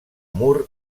moore